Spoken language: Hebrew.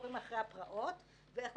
סעיף 192. אדוני,